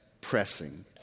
pressing